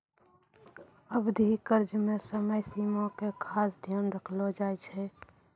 अवधि कर्ज मे समय सीमा के खास ध्यान रखलो जाय छै